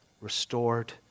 restored